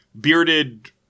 bearded